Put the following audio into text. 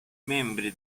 membri